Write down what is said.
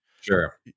sure